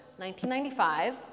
1995